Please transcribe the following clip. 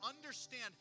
understand